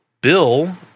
Bill